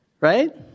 Right